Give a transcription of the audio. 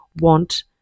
want